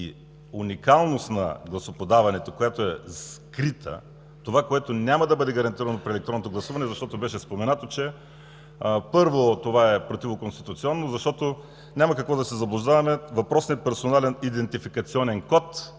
уникалност на гласоподаването, която е скрита, това, което няма да бъде гарантирано при електронното гласуване, защото беше споменато, че, първо, това е противоконституционно, защото, няма какво да се заблуждаваме, въпросният персонален идентификационен код